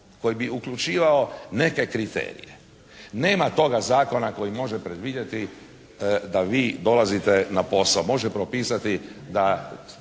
koji bi uključivao neke kriterije. Nema toga zakona koji može predvidjeti da vi dolazite na posao. Može propisati da